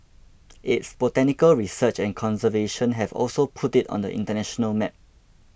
its botanical research and conservation have also put it on the international map